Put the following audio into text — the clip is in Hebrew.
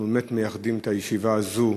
אנחנו באמת מייחדים את הישיבה הזאת